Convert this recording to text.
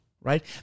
right